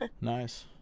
Nice